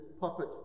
puppet